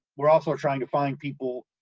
we're also trying to find people,